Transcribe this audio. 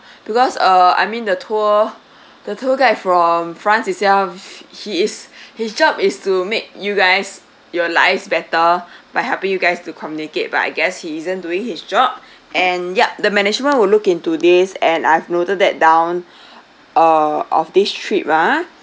because uh I mean the tour the tour guide from france itself he is his job is to make you guys your lives better by helping you guys to communicate but I guess he isn't doing his job and yup the management will look into this and I've noted that down uh of this trip ha